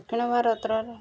ଦକ୍ଷିଣ ଭାରତର